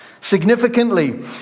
Significantly